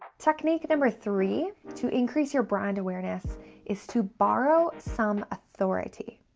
technique number three to increase your brand awareness is to borrow some authority.